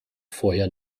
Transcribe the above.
vorher